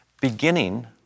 beginning